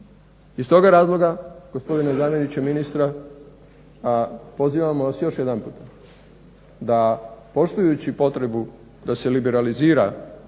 Iz toga razloga, gospodine zamjeniče ministra, pozivamo vas još jedanput, da poštujući potrebu da se liberalizira